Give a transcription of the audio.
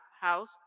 house